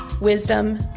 wisdom